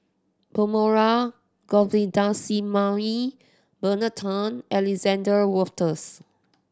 Perumal Govindaswamy Bernard Tan and Alexander Wolters